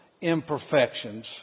imperfections